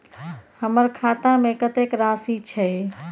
हमर खाता में कतेक राशि छै?